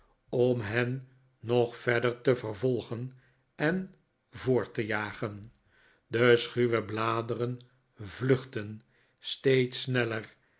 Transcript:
dm hen nog verder te vervolgen en voort te jagen de schuwe bladeren vluchtten steeds sneller